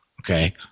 okay